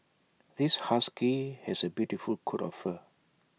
this husky has A beautiful coat of fur